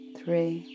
three